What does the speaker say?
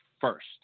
first